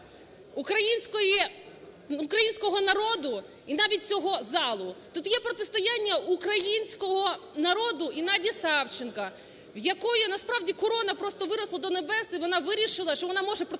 українського народу і навіть цього залу, тут є протистояння українського народу і Наді Савченко, в якої насправді корона просто виросла до небес і вона вирішила, що вона може протиставитися